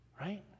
right